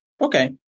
Okay